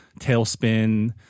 Tailspin